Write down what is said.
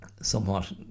somewhat